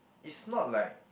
it's not like